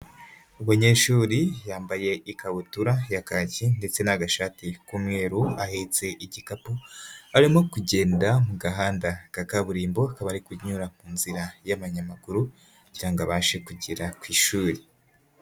Umunyeshuri yambaye ikabutura ya kaki ndetse n'agashati k'umweru ahetse igikapu, arimo kugenda mu gahanda ka kaburimbo, akaba ari kunyura mu nzira y'abanyamaguru kugira ngo abashe kugera ku ishuri.